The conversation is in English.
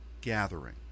gathering